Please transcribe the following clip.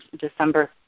December